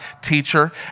teacher